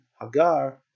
Hagar